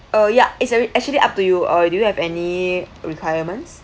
err yup it's actually up to you uh do you have any requirements